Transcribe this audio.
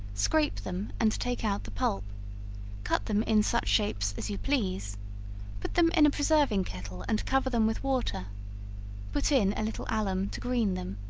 scrape them, and take out the pulp cut them in such shapes as you please put them in a preserving kettle and cover them with water put in a little alum to green them,